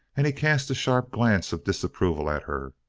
and he cast a sharp glance of disapproval at her.